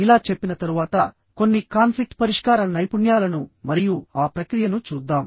ఇలా చెప్పిన తరువాత కొన్ని కాన్ఫ్లిక్ట్ పరిష్కార నైపుణ్యాలను మరియు ఆ ప్రక్రియను చూద్దాం